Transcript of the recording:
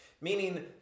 Meaning